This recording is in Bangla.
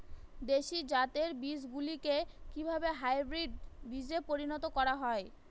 দেশি জাতের বীজগুলিকে কিভাবে হাইব্রিড বীজে পরিণত করা হয়?